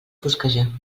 fosquejar